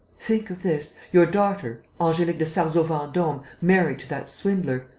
think of this your daughter, angelique de sarzeau-vendome, married to that swindler,